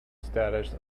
status